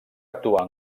actuar